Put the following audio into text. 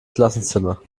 klassenzimmer